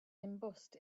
embossed